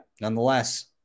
nonetheless